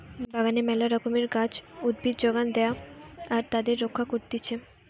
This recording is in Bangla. বাগানে মেলা রকমের গাছ, উদ্ভিদ যোগান দেয়া আর তাদের রক্ষা করতিছে